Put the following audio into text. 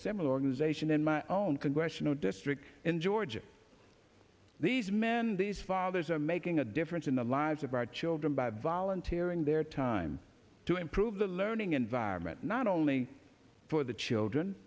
similar organization in my own congressional district in georgia these men these fathers are making a difference in the lives of our children by volunteer and their time to improve the learning environment not only for the children